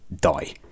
die